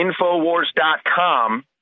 InfoWars.com